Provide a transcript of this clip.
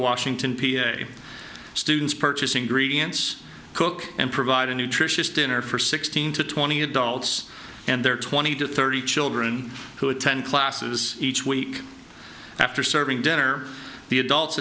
washington p a students purchasing greedy ends cook and provide a nutritious dinner for sixteen to twenty adults and there are twenty to thirty children who attend classes each week after serving dinner the adults